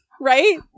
right